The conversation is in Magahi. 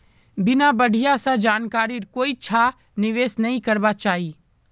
बिना बढ़िया स जानकारीर कोइछा निवेश नइ करबा चाई